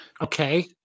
Okay